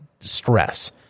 stress